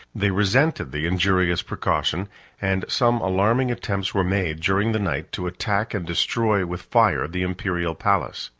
they resented the injurious precaution and some alarming attempts were made, during the night, to attack and destroy with fire the imperial palace.